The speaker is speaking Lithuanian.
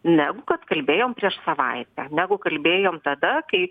negu kad kalbėjom prieš savaitę negu kalbėjom tada kai